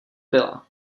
byla